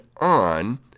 on